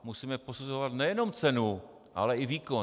Musíme posuzovat nejenom cenu, ale i výkon.